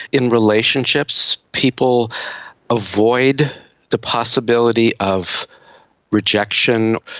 in relationships people avoid the possibility of rejection.